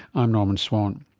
i'm norman swan.